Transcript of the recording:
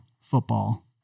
football